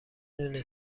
دونه